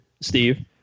Steve